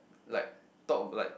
like like talk about like